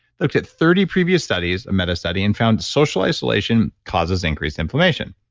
looked at thirty previous studies, a meta study and found social isolation causes increased inflammation